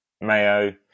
mayo